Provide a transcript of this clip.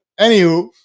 Anywho